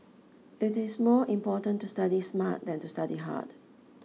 it is more important to study smart than to study hard